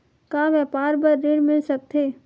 का व्यापार बर ऋण मिल सकथे?